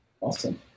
Awesome